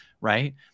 right